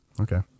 Okay